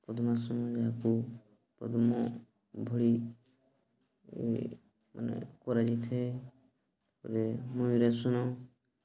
ପଦ୍ମାସନ ଯାହାକୁ ପଦ୍ମ ଭଳି ମାନେ କରାଯାଇଥାଏ ତା'ପରେ ମୟୂରାସନ